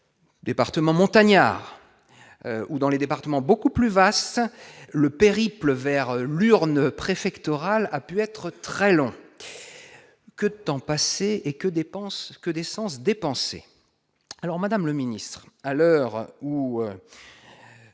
départements montagnards ou dans les départements, beaucoup plus vaste, le périple vers l'urne préfectorale a pu être très long que temps passé et que dépenses que d'essence dépenser alors Madame le Ministre, à l'heure où